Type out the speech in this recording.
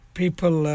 people